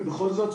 ובכל זאת,